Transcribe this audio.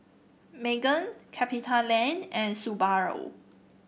Megan Capitaland and Subaru